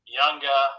younger